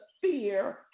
fear